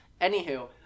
Anywho